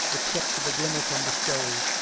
except for the glimmer from the stove,